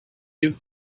you